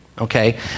okay